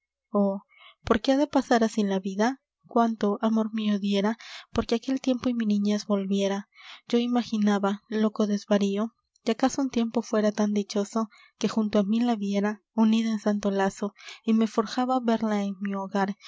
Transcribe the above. por qué ha de pasar así la vida cuánto amor mio diera porque aquel tiempo y mi niñez volviera yo imaginaba loco desvarío que acaso un tiempo fuera tan dichoso que junto á mí la viera unida en santo lazo y me forjaba verla en mi hogar